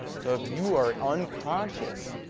so if you are unconscious,